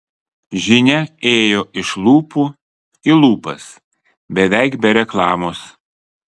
žinia ėjo iš lūpų į lūpas beveik be reklamos